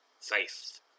faith